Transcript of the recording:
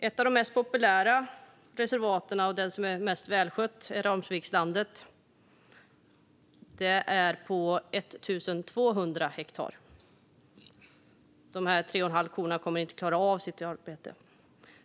Ett av de mest populära reservaten, och det som är mest välskött, är Ramsvikslandet på 1 200 hektar. De tre och en halv korna kommer inte att klara sitt arbete.